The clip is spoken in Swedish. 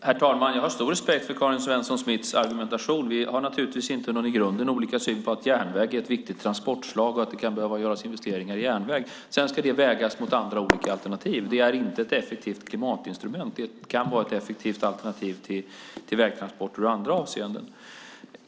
Herr talman! Jag har stor respekt för Karin Svensson Smiths argumentation. Vi har inte i grunden någon olika syn på att järnväg är ett viktigt transportslag och att det kan behöva göras investeringar i järnväg. Sedan ska det vägas mot andra alternativ. Det är inte ett effektivt klimatinstrument, men det kan vara ett effektivt alternativ till vägtransporter i andra avseenden.